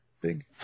big